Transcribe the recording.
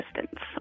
distance